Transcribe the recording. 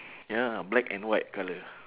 ya black and white colour